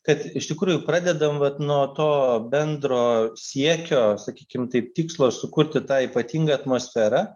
kad iš tikrųjų pradedam vat nuo to bendro siekio sakykim taip tikslo sukurti tą ypatingą atmosferą